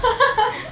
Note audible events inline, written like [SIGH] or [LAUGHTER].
[LAUGHS]